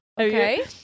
okay